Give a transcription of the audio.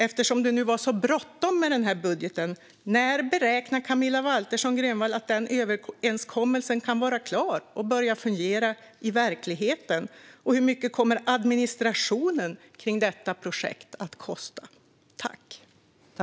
Eftersom det nu var så bråttom med den här budgeten undrar jag: När beräknar Camilla Waltersson Grönvall att den överenskommelsen kan vara klar och börja fungera i verkligheten? Och hur mycket kommer administrationen kring detta projekt att kosta?